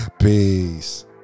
Peace